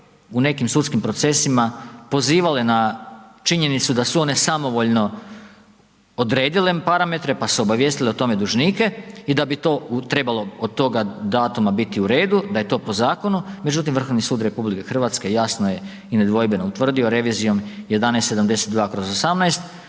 u nekim sudskim procesima pozivale na činjenicu da su one samovoljno odredile parametre, pa su obavijestile o tome dužnike i da bi to trebalo od toga datuma biti u redu, da je to po zakonu, međutim, Vrhovni sud RH jasno je i nedvojbeno utvrdio revizijom 11-72/18